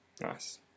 Nice